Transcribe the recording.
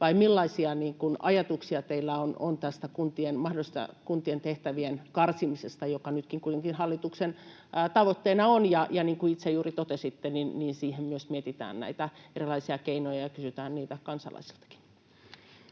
vai millaisia ajatuksia teillä on tästä mahdollisesta kuntien tehtävien karsimisesta, mikä nytkin kuitenkin hallituksen tavoitteena on? Ja niin kuin itse juuri totesitte, siihen myös mietitään näitä erilaisia keinoja ja kysytään niitä kansalaisiltakin.